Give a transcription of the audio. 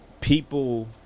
people